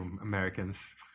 Americans